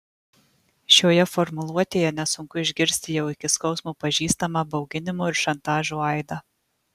šioje formuluotėje nesunku išgirsti jau iki skausmo pažįstamą bauginimo ir šantažo aidą